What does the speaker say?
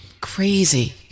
crazy